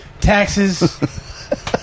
Taxes